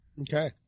okay